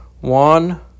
One